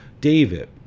David